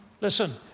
Listen